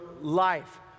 life